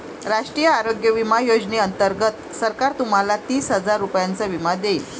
राष्ट्रीय आरोग्य विमा योजनेअंतर्गत सरकार तुम्हाला तीस हजार रुपयांचा विमा देईल